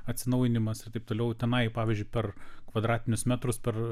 atsinaujinimas ir taip toliau tenai pavyzdžiui per kvadratinius metrus per